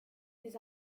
des